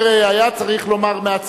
שהצעתך עברה בקריאה טרומית,